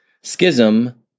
schism